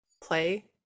play